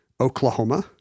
Oklahoma